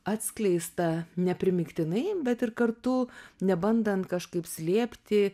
atskleista neprimygtinai bet ir kartu nebandant kažkaip slėpti